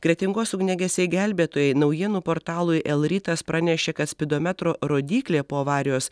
kretingos ugniagesiai gelbėtojai naujienų portalui l rytas pranešė kad spidometro rodyklė po avarijos